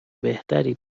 بهتری